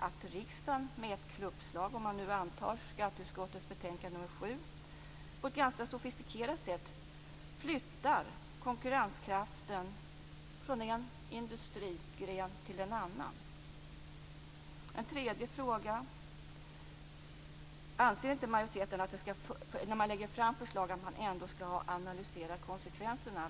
när riksdagen med ett klubbslag - om man nu bifaller skatteutskottets hemställan i betänkande 7 - på ett ganska sofistikerat sätt flyttar konkurrenskraften från en industrigren till en annan. En tredje fråga är: Anser inte majoriteten att man när man lägger fram förslag skall ha analyserat konsekvenserna?